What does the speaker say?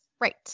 Right